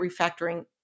refactoring